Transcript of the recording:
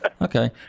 Okay